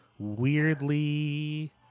weirdly